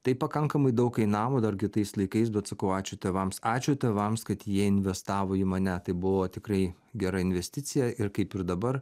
tai pakankamai daug kainavo dar gi tais laikais bet sakau ačiū tėvams ačiū tėvams kad jie investavo į mane tai buvo tikrai gera investicija ir kaip ir dabar